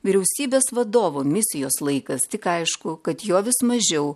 vyriausybės vadovo misijos laikas tik aišku kad jo vis mažiau